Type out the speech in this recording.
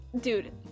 dude